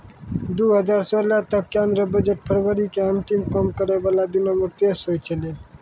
दु हजार सोलह तक केंद्रीय बजट फरवरी के अंतिम काम करै बाला दिनो मे पेश होय छलै